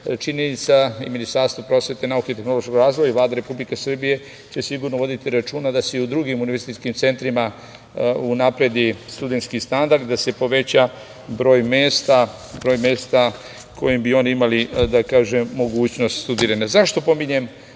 činjenica i Ministarstvo prosvete, nauke i tehnološkog razvoja i Vlade Republike Srbije će sigurno voditi računa da se i u drugim univerzitetskim centrima unapredi studentski standard, da se poveća broj mesta, broj mesta kojim bi oni imali mogućnost studiranja.Zašto pominjem